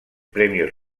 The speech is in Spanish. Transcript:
premios